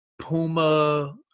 Puma